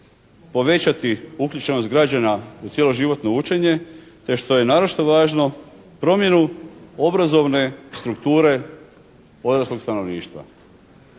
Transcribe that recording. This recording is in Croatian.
povećati uključenost građana u cijeloživotno učenje te što je naročito važno promjenu obrazovne strukture odraslog stanovništva.